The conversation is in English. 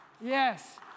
Yes